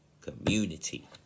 community